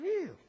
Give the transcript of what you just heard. real